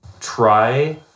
Try